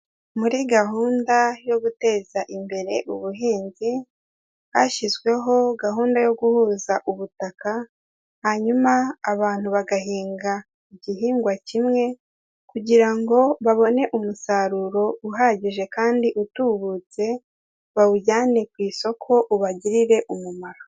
Muri gahunda yo guteza imbere ubuhinzi, hashyizweho gahunda yo guhuza ubutaka hanyuma abantu bagahinga igihingwa kimwe kugira ngo babone umusaruro uhagije kandi utubutse, bawujyane ku isoko ubagirire umumaro.